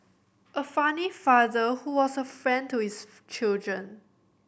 a funny father who was a friend to his children